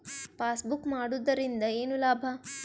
Passbook ಮಾಡುದರಿಂದ ಏನು ಲಾಭ?